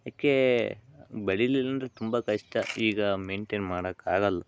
ಯಾಕೆ ಬೆಳಿಲಿಲ್ಲ ಅಂದರೆ ತುಂಬ ಕಷ್ಟ ಈಗ ಮೆಂಟೈನ್ ಮಾಡೋಕೆ ಆಗಲ್ಲ